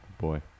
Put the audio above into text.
Boy